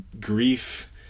grief